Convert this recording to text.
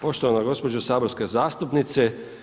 Poštovana gospođo saborska zastupnice.